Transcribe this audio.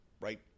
right